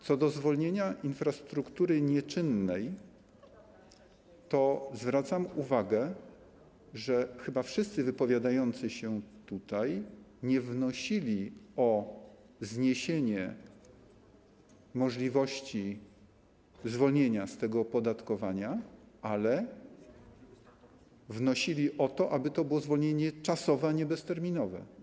Co do zwolnienia infrastruktury nieczynnej, zwracam uwagę, że chyba wszyscy wypowiadający się tutaj nie wnosili o zniesienie możliwości zwolnienia z tego opodatkowania, ale wnosili o to, aby to było zwolnienie czasowe, a nie bezterminowe.